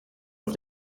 auf